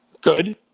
Good